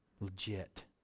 legit